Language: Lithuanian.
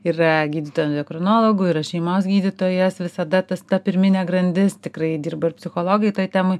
yra gydytojų endokrinologų yra šeimos gydytojas visada tas ta pirminė grandis tikrai dirba ir psichologai toj temoj